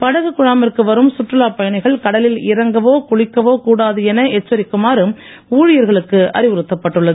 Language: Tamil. படகு குழாமிற்கு வரும் சுற்றுலாப் பயணிகள் கடலில் இறங்கவோ குளிக்கவோ கூடாது என எச்சரிக்குமாறு ஊழியர்களுக்கு அறிவுறுத்தப்பட்டுள்ளது